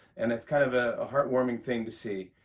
and it's kind of a heartwarming thing to see.